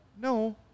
no